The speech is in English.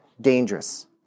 dangerous